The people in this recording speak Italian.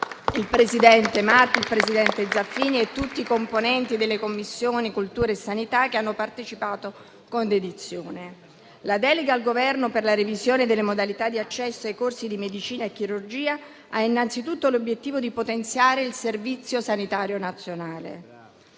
i presidenti Marti e Zaffini e tutti i componenti delle Commissioni 7ª e 10ª che hanno partecipato con dedizione. La delega al Governo per la revisione delle modalità di accesso ai corsi di medicina e chirurgia ha anzitutto l'obiettivo di potenziare il Servizio sanitario nazionale.